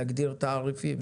להגדיר תעריפים.